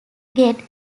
get